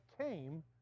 came